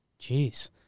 Jeez